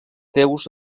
déus